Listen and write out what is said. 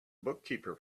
bookkeeper